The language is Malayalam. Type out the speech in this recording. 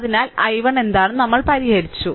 അതിനാൽ i1 പരിഹരിച്ചു